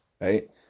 right